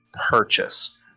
purchase